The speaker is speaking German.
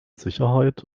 sicherheit